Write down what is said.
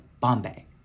Bombay